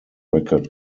record